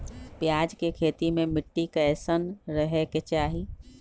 प्याज के खेती मे मिट्टी कैसन रहे के चाही?